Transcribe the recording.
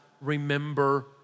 remember